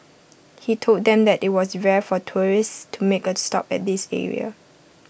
he told them that IT was rare for tourists to make A stop at this area